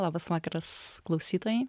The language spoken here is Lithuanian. labas vakaras klausytojai